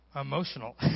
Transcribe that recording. Emotional